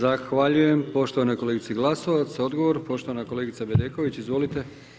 Zahvaljujem poštovanoj kolegici Glasovac odgovor, poštovana kolegica Bedeković, izvolite.